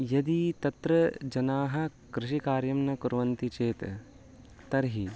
यदि तत्र जनाः कृषिकार्यं न कुर्वन्ति चेत् तर्हि